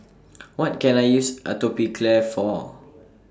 What Can I use Atopiclair For